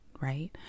right